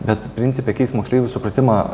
bet principe keist moksleivių supratimą